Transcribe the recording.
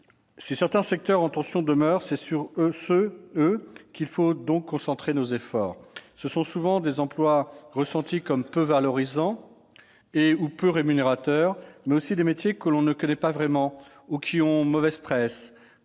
Si certains secteurs en tension demeurent, c'est sur eux qu'il faut donc concentrer nos efforts. Ce sont souvent des emplois ressentis comme peu valorisants et/ou peu rémunérateurs, mais aussi des métiers que l'on ne connaît pas vraiment ou qui ont mauvaise presse,